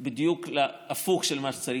בעיניי, מחולקות לשני